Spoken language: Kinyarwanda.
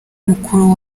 mukuru